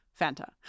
Fanta